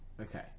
Okay